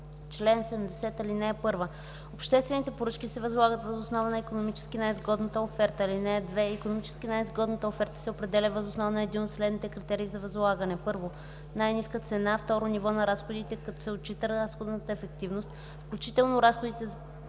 Чл. 70. (1) Обществените поръчки се възлагат въз основа на икономически най-изгодната оферта. (2) Икономически най-изгодната оферта се определя въз основа на един от следните критерии за възлагане: 1. най-ниска цена; 2. ниво на разходите, като се отчита разходната ефективност, включително разходите за